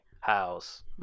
house